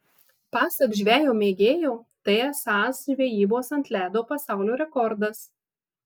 pasak žvejo mėgėjo tai esąs žvejybos ant ledo pasaulio rekordas